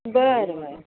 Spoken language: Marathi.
बरं बरं